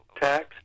tax